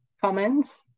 comments